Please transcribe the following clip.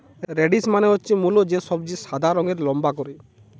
radish মানে হচ্ছে মুলো, যে সবজি সাদা রঙের লম্বা করে